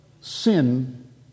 sin